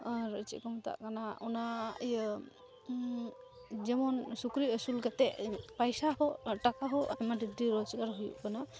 ᱟᱨ ᱪᱮᱫᱠᱚ ᱢᱮᱛᱟᱜ ᱠᱟᱱᱟ ᱚᱱᱟ ᱤᱭᱟᱹ ᱡᱮᱢᱚᱱ ᱥᱩᱠᱨᱤ ᱟᱹᱥᱩᱞ ᱠᱟᱛᱮᱫ ᱯᱟᱭᱥᱟᱦᱚᱸ ᱴᱟᱠᱟᱦᱚᱸ ᱟᱭᱢᱟ ᱫᱤᱠᱫᱤᱭᱮ ᱨᱚᱡᱽᱜᱟᱨ ᱦᱩᱭᱩᱜ ᱠᱟᱱᱟ